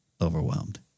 overwhelmed